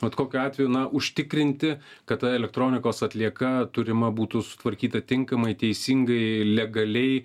bet kokiu atveju na užtikrinti kad ta elektronikos atlieka turima būtų sutvarkyta tinkamai teisingai legaliai